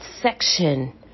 section